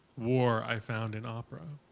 war i found in opera,